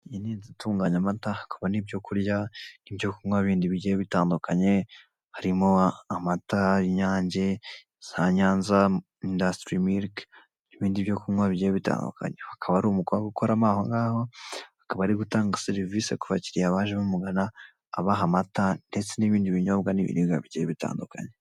Iyi ni inzu itunganya amata hakaba n'ibyo kurya n'ibyo kunywa bindi bigiye bitandukanye, harimo amata, inyange, za Nyanza indasitiri miliki n'ibindi byo kunywa bigiye bitandukanye, hakaba hari umukobwa ukoramo aho ngaho akaba ari gutanga serivise ku bakiliya baje bamugana abaha amata ndetse n'ibinyobwa n'ibiribwa bigiye bitandukanye.